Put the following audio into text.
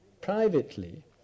privately